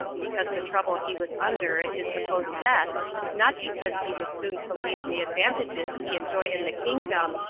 because the trouble he was under at his supposed death was not because he was soon to leave the advantages he enjoyed in the kingdom,